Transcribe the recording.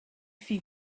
few